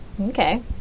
Okay